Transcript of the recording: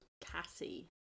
Cassie